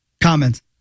Comments